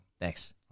Thanks